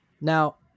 Now